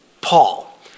Paul